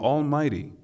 Almighty